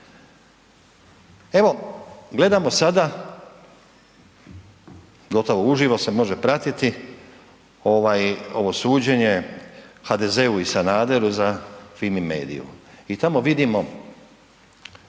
Evo gledamo sada gotovo uživo se može pratiti ovo suđenje HDZ-u i Sanaderu za Fimi Mediu i tamo vidimo